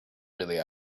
really